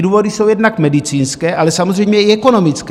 Důvody jsou jednak medicínské, ale samozřejmě i ekonomické.